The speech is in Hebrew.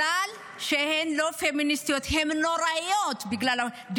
הן נוראיות בגלל שהן לא פמיניסטיות.